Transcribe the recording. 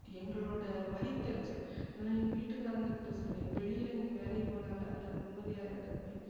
எங்களோடய வயிற்றெரிச்சல் நான் எங்கள் வீட்டுக்காரங்கக்கிட்டே சொல்வேன் வெளியில் நீங்கள் வேலைக்கு போனாலாது நான் நிம்மதியாக இருந்திருப்பேன்